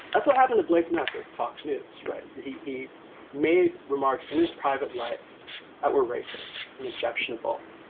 that's what happened to blake. nothing. fox news. right. he he made remarks in his private life that were racist and objectionable.